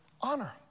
honor